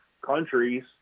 countries